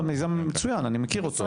מיזם מצוין, אני מכיר אותו.